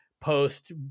post